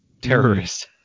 terrorists